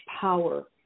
power